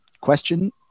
question